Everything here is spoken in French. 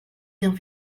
bien